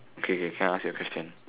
okay okay can I ask you a question